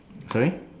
sorry